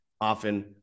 often